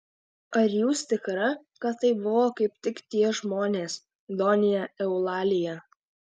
ar jūs tikra kad tai buvo kaip tik tie žmonės donja eulalija